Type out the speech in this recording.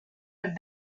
have